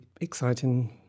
exciting